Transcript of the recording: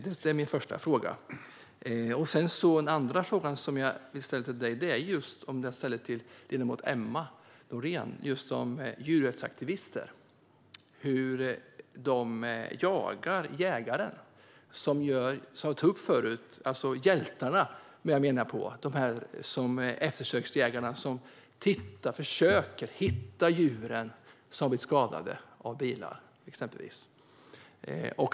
Jag vill också fråga dig om djurrättsaktivister som jagar jägare, vilket jag också frågade Emma Nohrén om. Jag menar att eftersöksjägare är hjältar. De försöker hitta djur som blivit skadade, av exempelvis bilar.